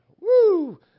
woo